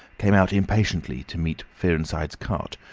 came out impatiently to meet fearenside's cart,